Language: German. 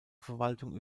verwaltung